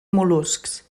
mol·luscs